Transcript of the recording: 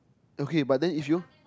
okay but then if you